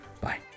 Bye